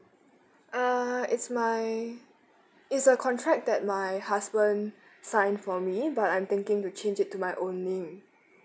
uh it's my it's a contract that my husband signed for me but I'm thinking to change it to my own name